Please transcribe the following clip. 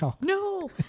no